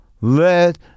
let